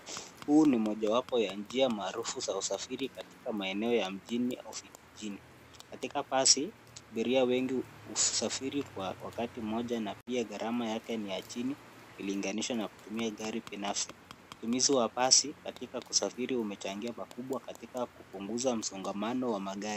Huu ni moja wapo ya njia maarufu za usafiri katika maeneo ya mjini au vijijini. Katika basi, abiria wengi husafiri kwa wakati mmoja na pia gharama yake ni ya chini ikilinganishwa na kutumia gari binafsi. Utumizi ya basi katika kusafiri umechangia pakubwa katika kupunguza msongamano wa magari.